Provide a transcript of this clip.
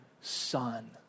son